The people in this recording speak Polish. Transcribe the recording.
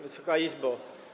Wysoka Izbo!